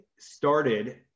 started